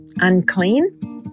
unclean